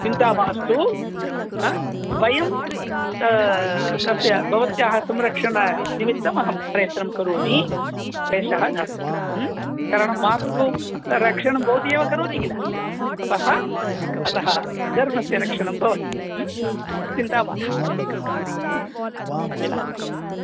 चिन्ता मास्तु हा वयं तस्य भवत्याः संरक्षणनिमित्तमहं प्रयत्नं करोमि क्लेशः नास्ति करणं मातुः रक्षणं भवती एव करोति किल अतः अतः सर्वस्य रक्षणं भवति चिन्ता मास्तु मिलामः